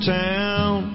town